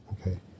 okay